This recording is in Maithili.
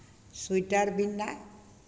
स्वीटर बिननाइ